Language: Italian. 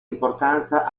importanza